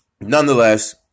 Nonetheless